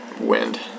wind